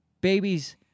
Babies